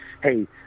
Hey